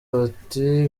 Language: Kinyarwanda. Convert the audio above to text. bati